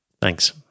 Thanks